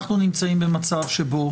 הרי אנחנו נמצאים במצב שבו